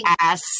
ass